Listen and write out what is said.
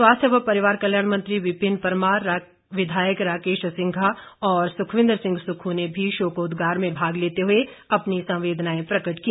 स्वास्थ्य व परिवार कल्याण मंत्री विपिन परमार विधायक राकेश सिंघा और सुखविंद्र सिंह सुक्खू ने भी शोकाद्गार में भाग लेते हुए अपनी संवेदनाएं प्रकट की